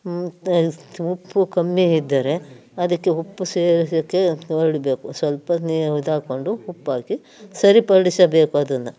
ಮತ್ತು ಉಪ್ಪು ಕಮ್ಮಿ ಇದ್ದರೆ ಅದಕ್ಕೆ ಉಪ್ಪು ಸೇರಿಸಲಿಕ್ಕೆ ಸ್ವಲ್ಪವೇ ಇದಾಕ್ಕೊಂಡು ಉಪ್ಪಾಕಿ ಸರಿಪಡಿಸಬೇಕು ಅದನ್ನು